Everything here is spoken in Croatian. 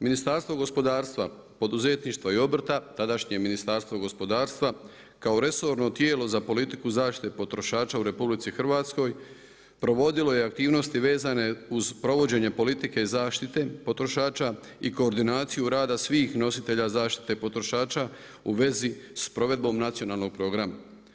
Ministarstvo gospodarstva, poduzetništva i obrta tadašnje Ministarstvo gospodarstva kao resorno tijelo za politiku zaštite potrošača u RH provodilo je aktivnosti vezane uz provođenje politike zašite potrošača i koordinaciju rada svih nositelja zaštite potrošača u vezi s provedbom nacionalnog programa.